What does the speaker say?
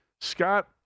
Scott